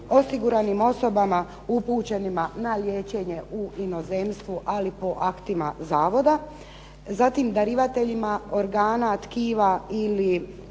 osiguranim osobama upućenima na liječenje u inozemstvo ali po aktima zavoda. Zatim, darivateljima organa, tkiva ili